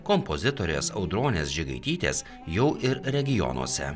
kompozitorės audronės žigaitytės jau ir regionuose